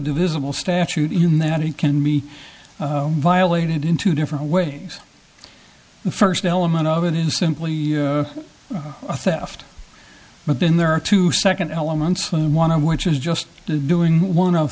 divisible statute in that it can be violated in two different ways the first element of it is simply a theft but then there are two second elements and one of which is just doing one of